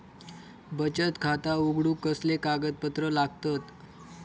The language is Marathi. बचत खाता उघडूक कसले कागदपत्र लागतत?